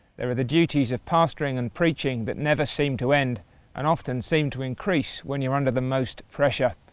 there are the duties of pastoring and preaching that never seem to end and often seem to increase when you under the most pressure.